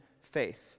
faith